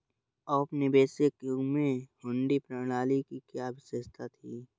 औपनिवेशिक युग में हुंडी प्रणाली की क्या विशेषता थी?